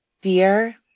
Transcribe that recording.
Dear